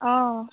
অঁ